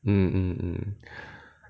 mm mm mm